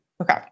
Okay